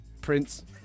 Prince